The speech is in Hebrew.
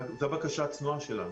זאת הבקשה הצנועה שלנו.